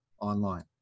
online